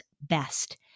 best